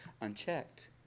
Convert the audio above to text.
unchecked